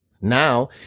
Now